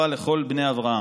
שנה טובה לכל בני אברהם.